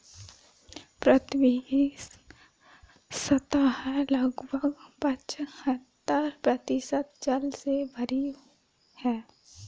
पृथ्वी की सतह लगभग पचहत्तर प्रतिशत जल से भरी है